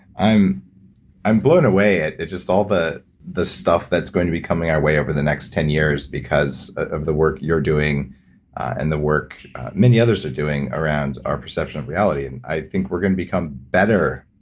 i'm i'm blown away at just all the the stuff that's going to be coming our way over the next ten years because of the work you're doing and the work many others are doing around our perception of reality. and i think we're going to become better